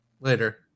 Later